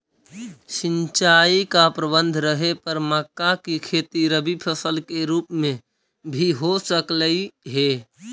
सिंचाई का प्रबंध रहे पर मक्का की खेती रबी फसल के रूप में भी हो सकलई हे